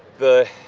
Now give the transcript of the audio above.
the,